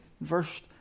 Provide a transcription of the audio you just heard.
verse